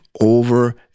over